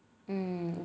hmm